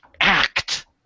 act